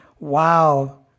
wow